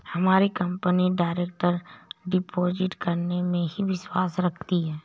हमारी company direct deposit करने में ही विश्वास रखती है